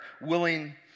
willing